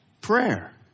prayer